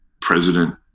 President